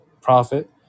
profit